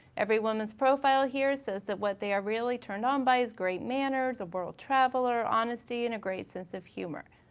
every woman's profile here says that what they are really turned on um by is great manners, a world traveler, honesty and a great sense of humor.